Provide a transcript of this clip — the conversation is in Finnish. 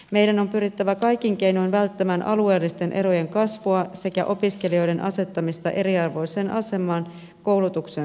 meidän on pyrittävä kaikin keinoin välttämään alueellisten erojen kasvua sekä opiskelijoiden asettamista eriarvoiseen asemaan koulutuksen saatavuudessa